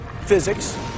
physics